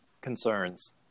concerns